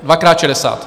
Dvakrát šedesát.